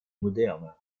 moderne